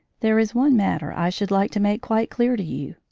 there is one matter i should like to make quite clear to you.